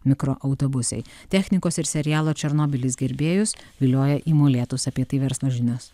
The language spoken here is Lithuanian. mikroautobusai technikos ir serialo černobylis gerbėjus vilioja į molėtus apie tai verslo žinios